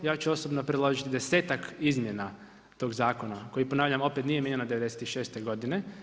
Ja ću osobno predložiti 10-tak izmjena tog zakona, koji ponavljam nije mijenjan od '96. godine.